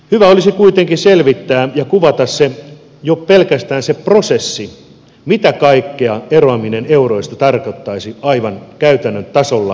hyvä olisi kuitenkin selvittää ja kuvata jo pelkästään se prosessi mitä kaikkea eroaminen eurosta tarkoittaisi aivan käytännön tasolla aikatauluineen